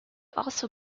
also